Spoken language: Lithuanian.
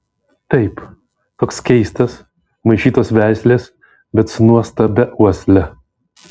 taip toks keistas maišytos veislės bet su nuostabia uosle